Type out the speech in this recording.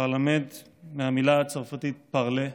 פרלמנט, מהמילה הצרפתית parler,